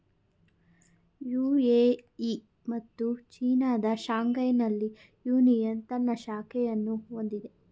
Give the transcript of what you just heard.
UAE ಮತ್ತು ಚೀನಾದ ಶಾಂಘೈನಲ್ಲಿ ಯೂನಿಯನ್ ತನ್ನ ಶಾಖೆಯನ್ನು ಹೊಂದಿದೆ